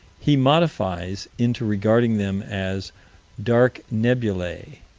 he modifies into regarding them as dark nebulae.